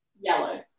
Yellow